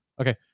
Okay